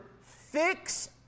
fix